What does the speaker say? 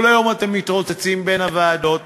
כל היום אתם מתרוצצים בין הוועדות,